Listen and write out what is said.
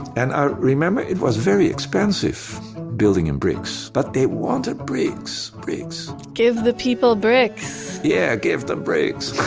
and i remember it was very expensive building in bricks. but they wanted bricks. bricks! give the people bricks yeah, give the bricks.